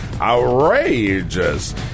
Outrageous